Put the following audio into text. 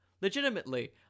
Legitimately